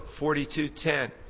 42.10